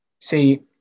See